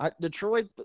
Detroit